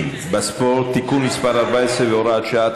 בספורט (תיקון מס' 14 והוראת שעה),